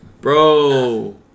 Bro